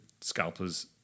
scalper's